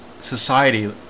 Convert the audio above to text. society